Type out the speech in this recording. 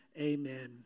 amen